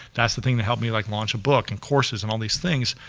that's the thing to help me, like, launch a book and courses in all these things,